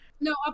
no